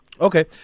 Okay